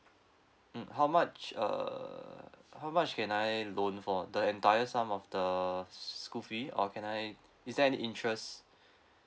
mm how much uh how much can I loan for the entire sum of the school free or can I is there any interest